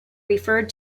referred